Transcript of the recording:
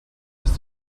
bis